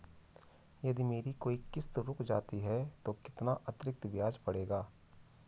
यदि मेरी कोई किश्त रुक जाती है तो कितना अतरिक्त ब्याज पड़ेगा?